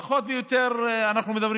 היו ויכוחים על נושאים